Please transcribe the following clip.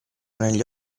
negli